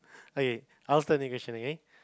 okay I'll start a new question okay